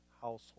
household